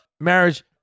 Marriage